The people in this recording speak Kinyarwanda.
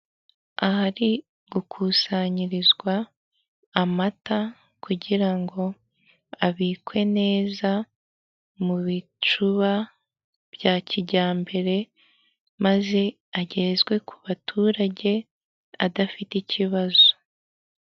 Ahari gukusanyirizwa amata kugira ngo abikwe neza mu bicuba bya kijyambere maze agezwe ku baturage adafite ikibazo.